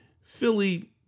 philly